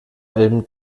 allem